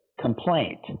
complaint